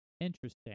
Interesting